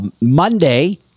Monday